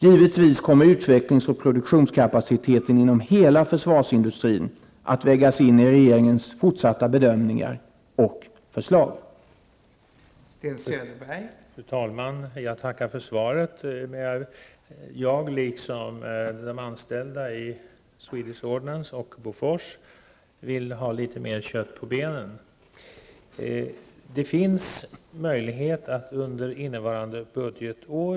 Givetvis kommer utvecklings och produktionskapaciteten inom hela försvarsindustrin att vägas in i regeringens fortsatta bedömningar och förslag.